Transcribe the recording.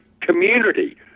community